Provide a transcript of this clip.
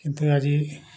କିନ୍ତୁ ଆଜି